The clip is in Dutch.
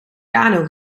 kano